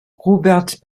robert